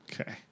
Okay